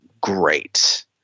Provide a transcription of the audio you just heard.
great